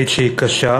תוכנית שהיא קשה,